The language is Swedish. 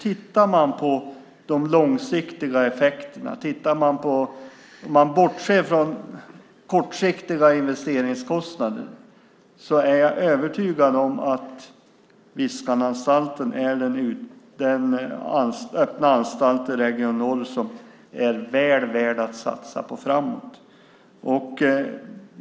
Tittar man på de långsiktiga effekterna och bortser från kortsiktiga investeringskostnader är jag övertygad om att Viskananstalten är den öppna anstalt i Region Norr som är väl värd att satsa på i framtiden.